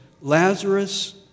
Lazarus